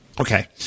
Okay